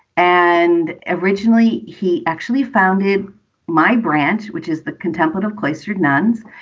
and originally, he actually founded my branch, which is the contemplative, cloistered nuns,